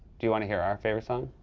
do you want to hear our favorite song?